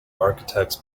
architects